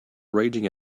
raging